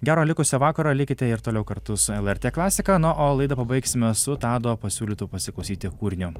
gero likusio vakaro likite ir toliau kartu su lrt klasika na o laidą pabaigsime su tado pasiūlytu pasiklausyti kūriniu